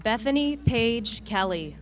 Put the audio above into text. bethany paige kelly